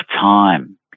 time